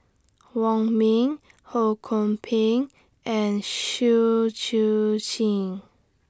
Wong Ming Ho Kwon Ping and Kwek Siew Jin